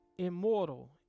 immortal